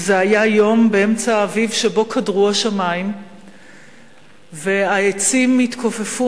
וזה היה יום באמצע האביב שבו קדרו השמים והעצים התכופפו